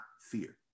fear